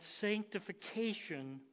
sanctification